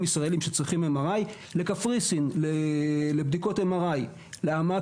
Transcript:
ישראלים שצריכים MRI לקפריסין לבדיקות MRI. למה?